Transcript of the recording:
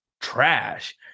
trash